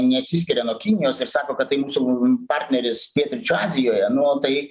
nesiskiria nuo kinijos ir sako kad tai mūsų partneris pietryčių azijoje nu tai